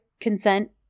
consent